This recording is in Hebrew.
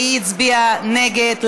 והיא הצביעה נגד,